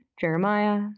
jeremiah